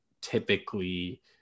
typically